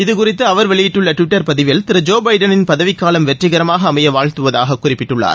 இதுகுறித்து அவர் வெளியிட்டுள்ள ட்விட்டர் பதிவில் திரு ஜோ பைடனின் பதவி காலம் வெற்றிகரமாக அமைய வாழ்த்துவதாக குறிப்பிட்டுள்ளார்